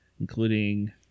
including